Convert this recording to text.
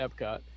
Epcot